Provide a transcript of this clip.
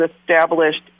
established